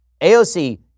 AOC